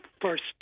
first